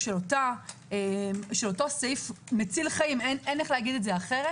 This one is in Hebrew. של אותו סעיף מציל חיים אין איך לומר את זה אחרת